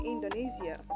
Indonesia